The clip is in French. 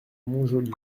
montjoly